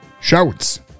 Shouts